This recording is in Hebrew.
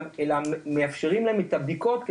אלא מאפשרים להם את הבדיקות,